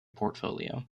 portfolio